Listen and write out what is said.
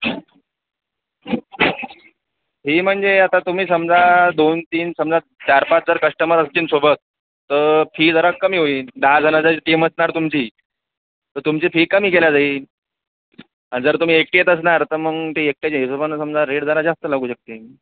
फि म्हणजे आता तुम्ही समजा दोन तीन समजा चार पाच जर कस्टमर असतील सोबत तर फि जरा कमी होईन दहाजण जर टीम असणार तुमची तर तुमची फि कमी घेला जाईल आणि जर तुम्ही एकटी येत असणार तर मग ते एकट्याच्या हिशेबाने समजा रेट जरा जास्त लागू शकतील